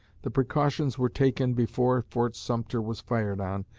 the precautions were taken before fort sumter was fired on,